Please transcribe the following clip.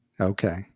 Okay